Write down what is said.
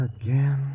Again